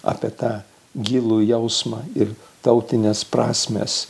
apie tą gilų jausmą ir tautines prasmes